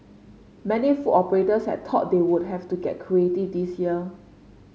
many food operators had thought they would have to get creative this year